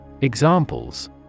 Examples